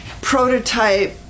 prototype